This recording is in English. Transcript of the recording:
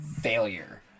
Failure